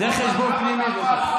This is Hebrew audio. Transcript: זה חשבון פנימי בטח.